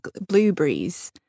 blueberries